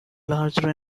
larger